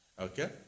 okay